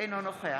אינו נוכח